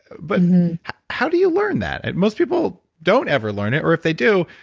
but how do you learn that? most people don't ever learn it, or if they do,